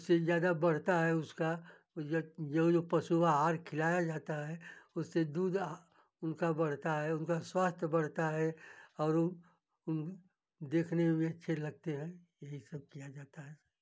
उससे ज़्यादा बढ़ता है उसका य जो जो पशु आहार खिलाया जाता है उससे दूध उनका बढ़ता है उनका स्वास्थय बढ़ता है और उ देखने में भी अच्छे लगते हैं यही सब किया जाता है